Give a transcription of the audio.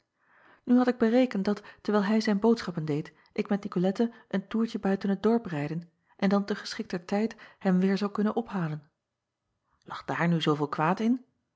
u had ik berekend dat terwijl hij zijn boodschappen deed ik met icolette een toertje buiten het dorp rijden en dan te geschikter tijd hem weêr zou kunnen ophalen ag daar nu zooveel kwaad in